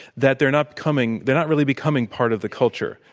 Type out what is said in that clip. that they're not coming they're not really becoming part of the culture.